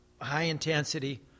high-intensity